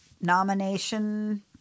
nomination